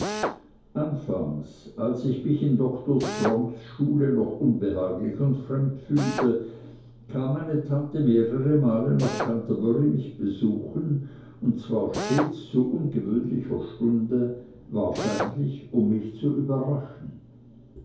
anfangs als ich mich in dr strongs schule noch unbehaglich und fremd fühlte kam meine tante mehrere male nach canterbury mich besuchen und zwar stets zu ungewöhnlicher stunde wahrscheinlich um mich zu überraschen